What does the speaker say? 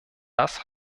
das